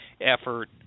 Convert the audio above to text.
effort